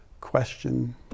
question